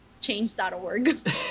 change.org